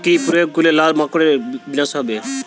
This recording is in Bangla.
কি প্রয়োগ করলে লাল মাকড়ের বিনাশ হবে?